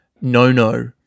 No-No